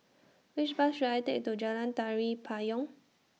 Which Bus should I Take to Jalan Tari Payong